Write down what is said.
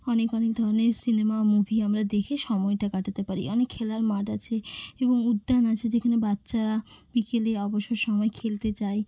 অনেক অনেক ধরনের সিনেমা মুভি আমরা দেখে সময়টা কাটাতে পারি অনেক খেলার মাঠ আছে এবং উদ্যান আছে যেখানে বাচ্চারা বিকেলে অবসর সময়ে খেলতে যায়